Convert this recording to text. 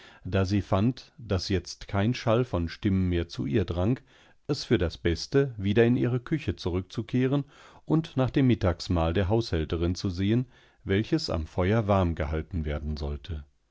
da sie fand daß jetzt kein schall von stimmen mehr zu ihr drang es für das beste wieder in ihre küche zurückzukehren und nach dem mittagsmahl der haushälterin zu sehen welches am feuer warm gehalten werden sollte